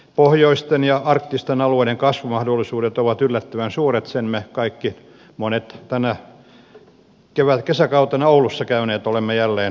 pohjoisten ja arktisten alueiden kasvumahdollisuudet ovat yllättävän suuret sen me monet tänä kesäkautena oulussa käyneet olemme jälleen kuulleet